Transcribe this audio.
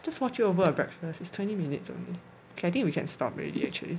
just watch it over breakfast is twenty minutes only I think we can stop already actually